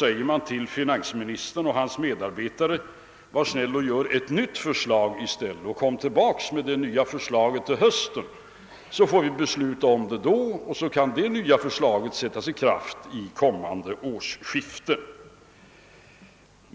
bett finansministern och hans medhjälpare vara snälla att utarbeta eti nytt förslag att framläggas till hösten, varefter det kan fattas ett beslut som kan träda i kraft vid kommande årsskifte.